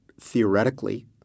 theoretically